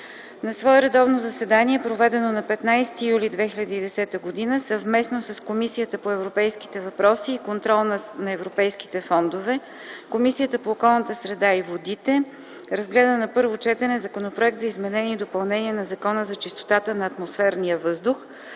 На свое редовно заседание, проведено на 15 юли 2010 г., съвместно с Комисията по европейските въпроси и контрол на европейските фондове, Комисията по околната среда и водите разгледа на първо четене Законопроектът за изменение и допълнение на Закона за чистотата на атмосферния въздух,